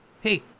Hey